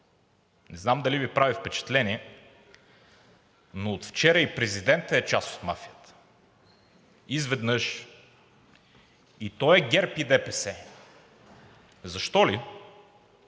Не знам дали Ви прави впечатление, но от вчера и президентът е част от мафията, изведнъж и той е ГЕРБ и ДПС. Защо ли?